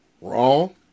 wrong